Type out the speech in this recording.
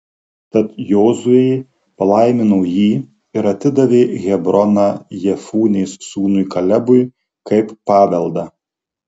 tad jozuė palaimino jį ir atidavė hebroną jefunės sūnui kalebui kaip paveldą